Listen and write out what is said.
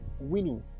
winning